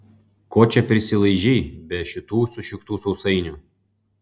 ko čia prisilaižei be šitų sušiktų sausainių